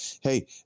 hey